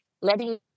letting